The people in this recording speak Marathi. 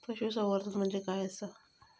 पशुसंवर्धन म्हणजे काय आसा?